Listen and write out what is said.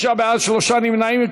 37 מתנגדים, 26 בעד, שלושה נמנעים.